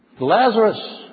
Lazarus